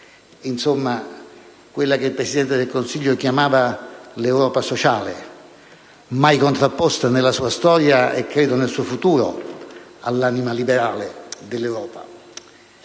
a quella che il Presidente del Consiglio chiamava l'Europa sociale, mai contrapposta nella sua storia, e credo nel suo futuro, all'anima liberale dell'Europa.